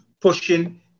pushing